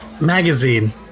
magazine